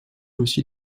aussi